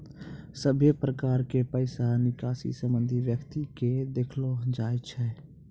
सभे प्रकार के पैसा निकासी संबंधित व्यक्ति के देखैलो जाय छै